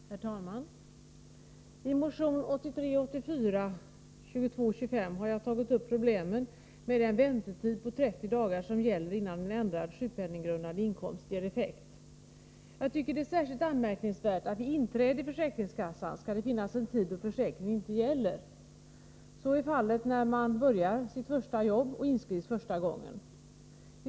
Herr talman! I motion 1983/84:2225 har jag tagit upp problemen med den gällande väntetiden på 30 dagar innan en ändring av den sjukpenninggrundande inkomsten ger effekt. Jag tycker att det är särskilt anmärkningsvärt att det vid inträde i försäkringskassan skall finnas en tid då försäkringen inte gäller. Så är fallet när man börjar sitt första jobb och inskrivs första gången.